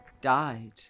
died